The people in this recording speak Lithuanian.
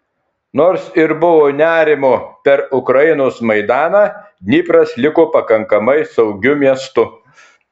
nors ir buvo nerimo per ukrainos maidaną dnipras liko pakankamai saugiu miestu